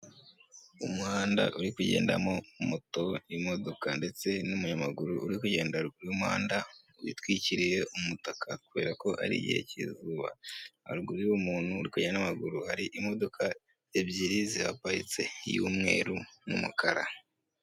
Umuhanda uri kugendamo moto, imodoka ndetse n'umunyamaguru uri kugenda mu muhanda witwikiriye umutaka kubera ko ari igihe cy'izuba, haruguru y'uwo muntu uri kugenda n'amaguru hari imodoka ebyiri zihaparitse iy'umweru n'umukara.